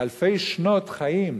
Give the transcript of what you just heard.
לאלפי שנות חיים,